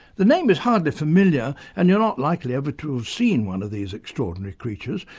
the name is hardly familiar and you're not likely ever to have seen one of these extraordinary creatures,